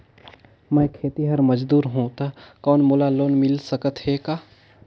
मैं खेतिहर मजदूर हों ता कौन मोला लोन मिल सकत हे का?